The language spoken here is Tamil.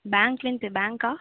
பேங்லேருந்து பேங்க்கா